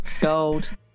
gold